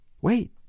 wait